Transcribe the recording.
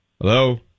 Hello